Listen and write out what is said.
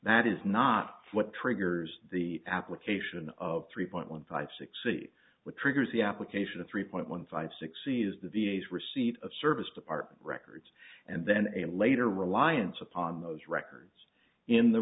that is not what triggers the application of three point one five six see what triggers the application of three point one five six see is the v a s receipt of service department records and then a later reliance upon those records in the